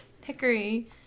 hickory